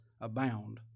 abound